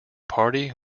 party